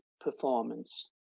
performance